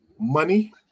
Money